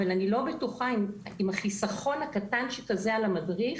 אבל אני לא בטוחה אם החיסכון הקטן שכזה על המדריך